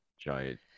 giant